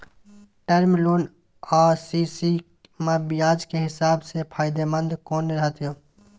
Term loan आ CC म ब्याज के हिसाब से फायदेमंद कोन रहते?